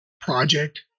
project